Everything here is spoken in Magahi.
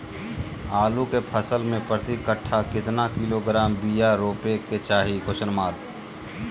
आलू के फसल में प्रति कट्ठा कितना किलोग्राम बिया रोपे के चाहि?